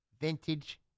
vintage